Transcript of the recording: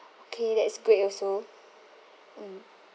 okay that is great also mm